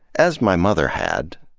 as my mother had.